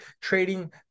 trading